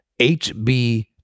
hb